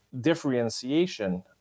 differentiation